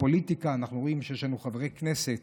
בפוליטיקה אנחנו רואים שיש לנו חברי כנסת